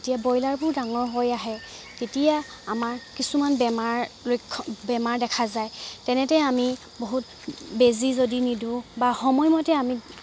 তেতিয়া ব্ৰইলাৰবোৰ ডাঙৰ হৈ আহে তেতিয়া আমাৰ কিছুমান বেমাৰ লক্ষ্য বেমাৰ দেখা যায় তেনেতে আমি বহুত বেজী যদি নিদিওঁ বা সময়মতে আমি